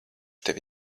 tevi